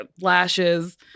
lashes